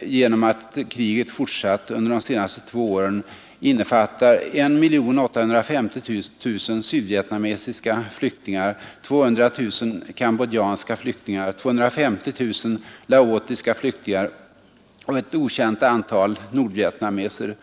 genom att kriget fortsatt under de senaste två åren innefattar 1 850 000 sydvietnamesiska flyktingar, 2 000 000 kambodjanska flyktingar, 250 000 laotiska flyktingar och ett okänt antal nordvietnameser.